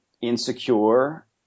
insecure